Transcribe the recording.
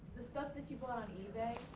the stuff that you bought on ebay,